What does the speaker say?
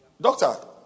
Doctor